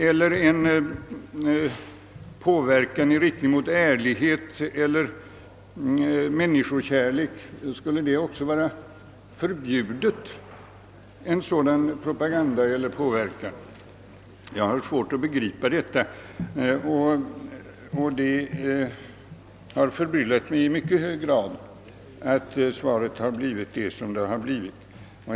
Eller lärarens påverkan i riktning mot ärlighet eller människokärlek hos eleven — skulle en sådan propaganda vara förbjuden? Jag har svårt att begripa detta. Det har förbryllat mig i mycket hög grad att svaret har blivit vad det blivit.